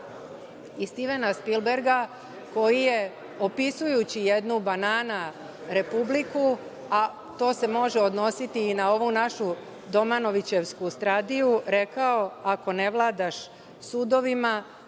i Stivena Spilberga koji je, opisujući jednu banana Republiku, a to se može odnositi i na ovu našu Domanićevsku ''Stradiju'', rekao – ako ne vladaš sudovima,